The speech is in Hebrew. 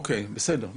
אוקיי, בסדר.